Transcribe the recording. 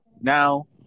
now